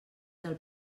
del